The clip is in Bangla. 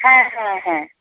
হ্যাঁ হ্যাঁ হ্যাঁ